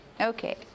okay